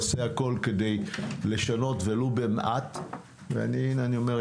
אעשה הכול כדי לשנות ולו במעט והנה אני אומר,